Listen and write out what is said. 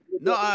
No